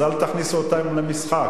אז אל תכניסו אותם למשחק,